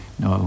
no